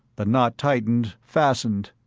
the knot tightened, fastened.